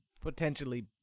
potentially